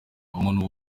umuntu